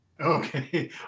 Okay